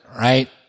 Right